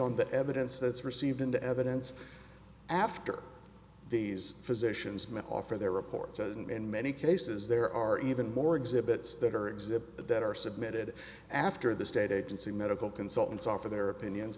on the evidence that's received into evidence after these physicians may offer their reports and in many cases there are even more exhibits that are exhibit that are submitted after the state agency medical consultants offer their opinions